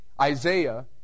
Isaiah